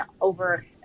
over